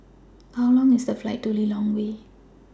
How Long IS The Flight to Lilongwe